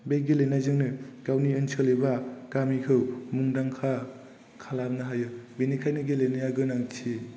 बे गेलेनायजोंनो गावनि ओनसोल एबा गामिखौ मुंदांखा खालामनो हायो बेनिखायनो गेलेनाया गोनां